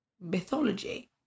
mythology